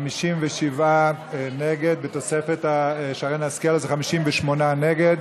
57 נגד, בתוספת שרן השכל זה 58 נגד.